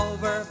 Over